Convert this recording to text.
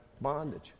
bondage